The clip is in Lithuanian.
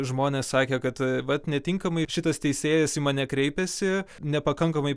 žmonės sakė kad vat netinkamai šitas teisėjas į mane kreipėsi nepakankamai